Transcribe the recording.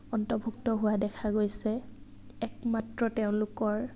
অন্তৰ্ভুক্ত হোৱা দেখা গৈছে একমাত্ৰ তেওঁলোকৰ